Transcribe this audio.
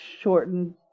shortened